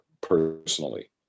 personally